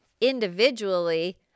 Individually